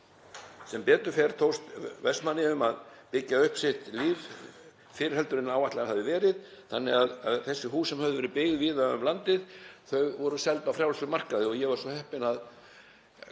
Sem betur fer tókst Vestmannaeyingum að byggja upp sitt líf fyrr en áætlað hafði verið þannig að þessi hús sem höfðu verið byggð víða um landið voru seld á frjálsum markaði og ég var svo heppinn að